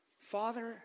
Father